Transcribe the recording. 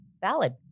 valid